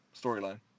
storyline